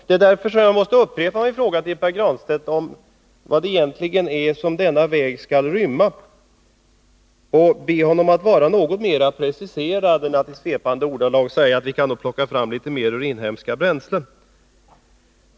Det är därför som jag måste upprepa min fråga till Pär Granstedt om vad denna väg egentligen innebär och be honom att vara något mera preciserad än att i svepande ordalag säga att vi skall plocka fram litet mer ur inhemska bränslen.